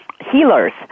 healers